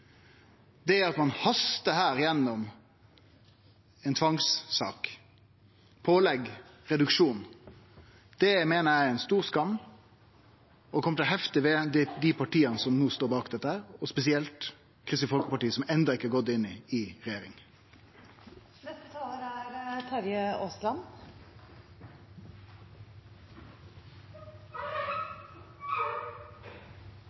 Noreg. At ein her hastar igjennom ei tvangssak om pålegg om reduksjon, meiner eg er ei stor skam. Det er noko som kjem til å hefte ved dei partia som står bak dette, spesielt Kristeleg Folkeparti, som enno ikkje har gått inn i